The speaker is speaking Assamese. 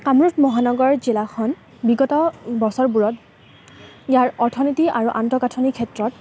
কামৰূপ মহানগৰ জিলাখন বিগত বছৰবোৰত ইয়াৰ অৰ্থনীতি আৰু আন্তঃগাঁথনিৰ ক্ষেত্ৰত